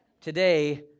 Today